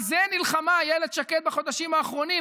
על זה נלחמה אילת שקד בחודשים האחרונים,